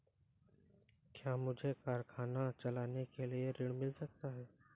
क्या मुझे कारखाना चलाने के लिए ऋण मिल सकता है?